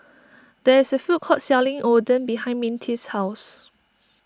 there is a food court selling Oden behind Mintie's house